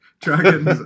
Dragons